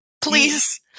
Please